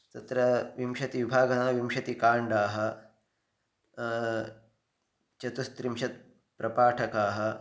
तत्र विंशतिविभागः नाम विंशतिकाण्डाः चतुस्त्रिंशत् प्रपाठकाः